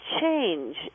change